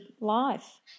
life